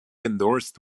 endorsed